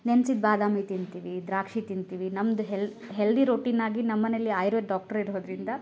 ನೆನ್ಸಿದ ಬಾದಾಮಿ ತಿಂತೀವಿ ದ್ರಾಕ್ಷಿ ತಿಂತೀವಿ ನಮ್ಮದು ಹೆಲ್ ಹೆಲ್ದಿ ರೂಟಿನ್ ಆಗಿ ನಮ್ಮನೆಯಲ್ಲಿ ಆಯುರ್ವೇದ್ ಡಾಕ್ಟ್ರ್ ಇರೋದರಿಂದ